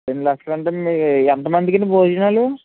రెండు లక్షల అంటే మీ ఎంతమందికండి భోజనాలు